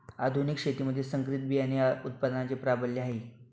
आधुनिक शेतीमध्ये संकरित बियाणे उत्पादनाचे प्राबल्य आहे